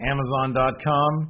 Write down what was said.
Amazon.com